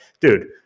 dude